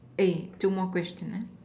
two more question